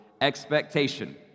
expectation